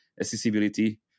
accessibility